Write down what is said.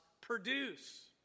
produce